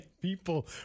People